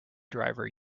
driver